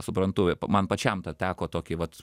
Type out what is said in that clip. suprantu man pačiam tą teko tokį vat